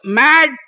mad